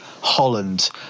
Holland